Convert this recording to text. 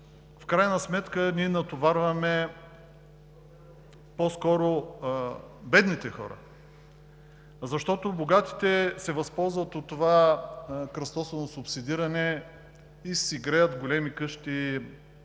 в крайна сметка натоварваме по-скоро бедните хора, защото богатите се възползват от това кръстосано субсидиране и си греят големи къщи,